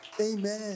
amen